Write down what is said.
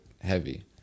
heavy